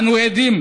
אנו עדים